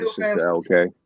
okay